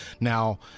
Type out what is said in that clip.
Now